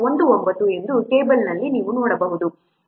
19 ಎಂದು ಈ ಟೇಬಲ್ನಲ್ಲಿ ನೀವು ನೋಡಬಹುದು